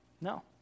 No